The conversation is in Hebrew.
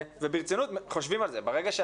חושבים על זה ברצינות.